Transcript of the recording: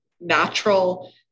natural